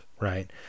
right